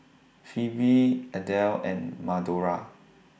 Phoebe Adell and Madora